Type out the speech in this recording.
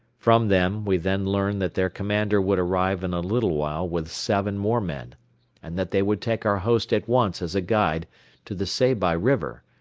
from them we then learned that their commander would arrive in a little while with seven more men and that they would take our host at once as a guide to the seybi river,